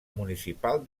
municipal